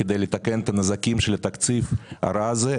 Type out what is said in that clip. כדי לתקן את הנזקים של התקציב הרע הזה,